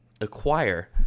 acquire